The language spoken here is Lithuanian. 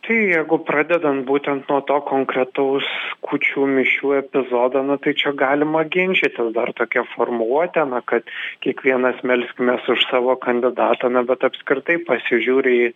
tai jeigu pradedant būtent nuo to konkretaus kūčių mišių epizodo nu tai čia galima ginčytis dar tokia formuluotė na kad kiekvienas melskimės už savo kandidatą na bet apskritai pasižiūri į